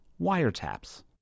wiretaps